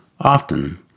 often